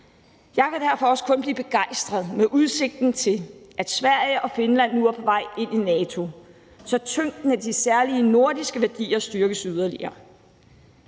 Jeg kan derfor også kun blive begejstret med udsigten til, at Sverige og Finland nu er på vej ind i NATO, så tyngden af de særlige nordiske værdier styrkes yderligere.